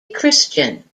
christian